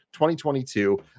2022